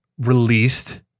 released